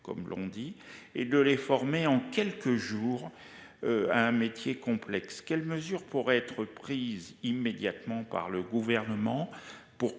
comme l'ont dit et de les former en quelques jours. Un métier complexe quelles mesures pourraient être prises immédiatement par le gouvernement